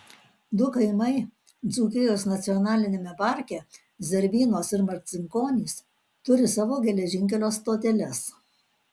du kaimai dzūkijos nacionaliniame parke zervynos ir marcinkonys turi savo geležinkelio stoteles